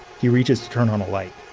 he reaches to turn on a light.